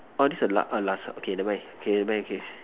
err this is a la~ the last ah never mind never mind K